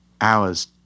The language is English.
hours